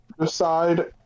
decide